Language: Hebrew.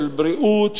של בריאות,